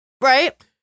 Right